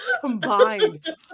combined